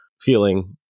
feeling